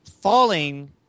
falling